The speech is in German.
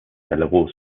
belarus